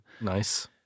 nice